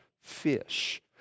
fish